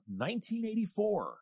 1984